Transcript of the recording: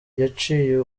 yaciye